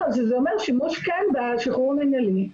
זה אומר שימוש בשחרור המינהלי.